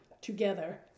together